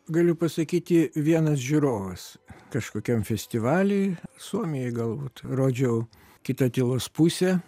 galiu pasakyti vienas žiūrovas kažkokiam festivaly suomijoj galbūt rodžiau kita tylos pusė